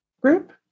group